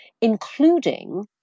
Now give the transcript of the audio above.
including